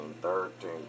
thirteen